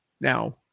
now